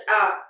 up